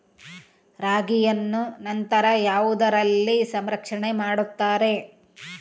ರಾಗಿಯನ್ನು ನಂತರ ಯಾವುದರಲ್ಲಿ ಸಂರಕ್ಷಣೆ ಮಾಡುತ್ತಾರೆ?